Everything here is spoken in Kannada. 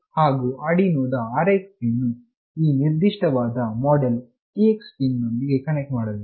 ಹಾಗು ಆರ್ಡಿನೊವಿನ RX ಪಿನ್ ವು ಈ ನಿರ್ದಿಷ್ಟವಾದ ಮೋಡೆಲ್ TX ಪಿನ್ ನೊಂದಿಗೆ ಕನೆಕ್ಟ್ ಮಾಡಬೇಕು